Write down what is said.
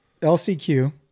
LCQ